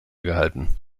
gehalten